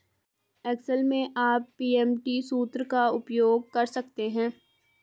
Excel में आप PMT सूत्र का उपयोग कर सकते हैं